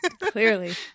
Clearly